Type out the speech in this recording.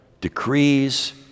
decrees